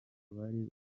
bari